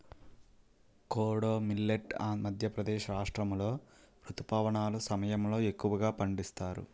kodo millet Madhya Pradesh రాష్ట్రాములో రుతుపవనాల సమయంలో ఎక్కువగా పండిస్తారు